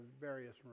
various